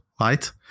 right